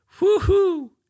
Woo-hoo